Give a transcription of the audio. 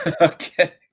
okay